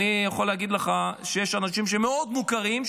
אני יכול להגיד לך שיש אנשים מאוד מוכרים,